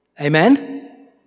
Amen